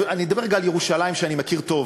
אני אדבר רגע על ירושלים שאני מכיר טוב.